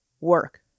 work